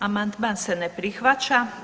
Amandman se ne prihvaća.